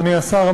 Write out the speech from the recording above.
אדוני השר,